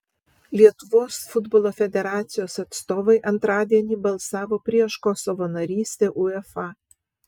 lietuvos futbolo federacijos atstovai antradienį balsavo prieš kosovo narystę uefa